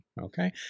Okay